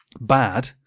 bad